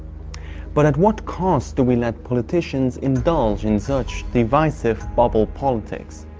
but at what cost do we let politicians indulge in such divisive bubble politics?